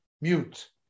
mute